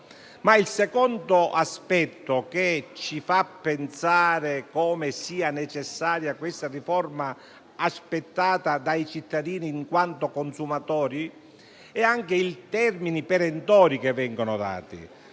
Il secondo aspetto che ci fa ritenere necessaria questa riforma, aspettata dai cittadini in quanto consumatori, riguarda i termini perentori che vengono indicati.